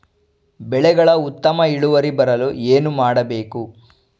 ಬೆಳೆಗಳ ಉತ್ತಮ ಇಳುವರಿ ಬರಲು ಏನು ಮಾಡಬೇಕು?